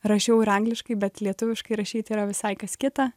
rašiau ir angliškai bet lietuviškai rašyti yra visai kas kita